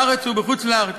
בארץ ובחוץ-לארץ,